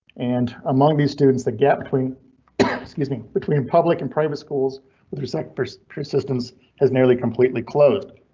and among these students, that gap between excuse me between public and private schools with respect for persistence is nearly completely closed.